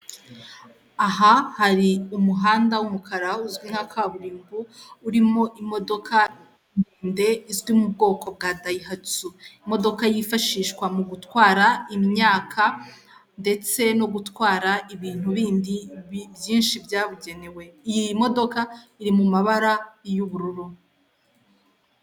Aha hari umuhanda w'umukara uzwi nka kaburimbo urimo imodoka ndende izwi mu bwoko bwa dayihatsu imodoka yifashishwa mu gutwara imyaka ndetse no gutwara ibintu bindi byinshi byabugenewe iyi modoka iri mu mabara y'ubururu.